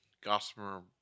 gossamer